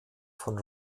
von